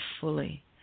fully